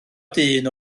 dyn